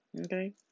Okay